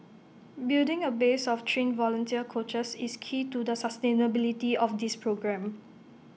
building A base of trained volunteer coaches is key to the sustainability of this programme